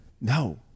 No